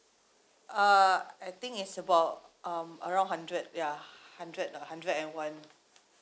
uh I think it's about um around hundred ya hundred a hundred and one